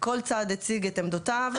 כל צד הציג את עמדותיו.